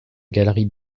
galerie